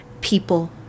people